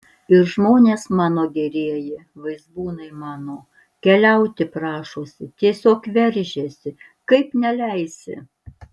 ir žmonės mano gerieji vaizbūnai mano keliauti prašosi tiesiog veržiasi kaip neleisi